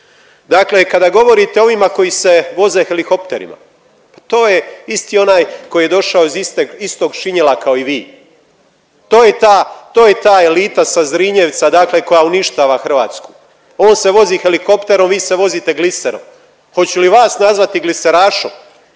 Dakle kada govorite o ovima koji se voze helihopterima, pa to je isti onaj koji je došao iz iste, istog šinjela kao i vi. To je taj, to je ta elita sa Zrinjevca koja dakle uništava Hrvatsku. On se vozi helikopterom, vi se vozite gliserom. Hoću li vas nazvati gliserašom?